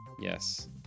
Yes